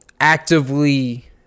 actively